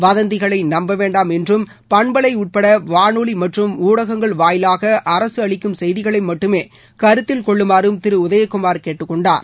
வதந்திகளை நம்ப வேண்டாம் என்றும் பண்பலை உட்பட வானொவி மற்றும் ஊடகங்கள் வாயிலாக அரக அளிக்கும் செய்திகளை மட்டுமே கருத்தில் கொள்ளுமாறும் திரு உதயகுமார் கேட்டுக் கொண்டார்